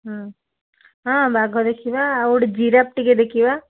ହଁ ହଁ ବାଘ ଦେଖିବା ଆଉ ଗୋଟେ ଜିରାଫ ଟିକେ ଦେଖିବା